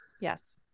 yes